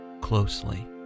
closely